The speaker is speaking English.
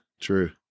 true